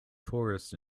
tourists